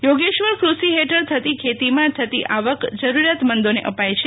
યોગેશ્વર કૃષિ ફેઠળ થતી ખેતીમાં થતી આવક જરૂરિયાતમંદોને અપાય છે